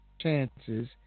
chances